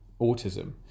autism